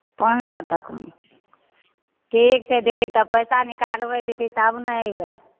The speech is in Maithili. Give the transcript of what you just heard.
पाॅंच सए तकमे ठीक छै दीदी तब पैसा निकालबै दीदी तब ने अयबै